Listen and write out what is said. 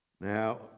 Now